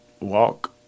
walk